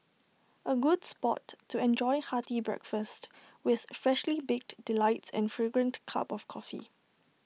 A good spot to enjoy hearty breakfast with freshly baked delights and fragrant cup of coffee